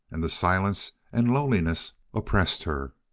and the silence and loneliness oppressed her.